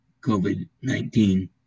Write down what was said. COVID-19